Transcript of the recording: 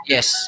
Yes